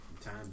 Time